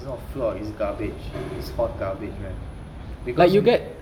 it's not flawed it's garbage it's hot garbage because you